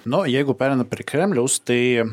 nu jeigu pereinam prie kremliaus tai